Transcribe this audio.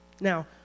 Now